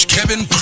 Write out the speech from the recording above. Kevin